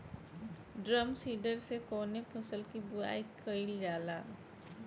Drum seeder से कवने फसल कि बुआई कयील जाला?